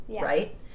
right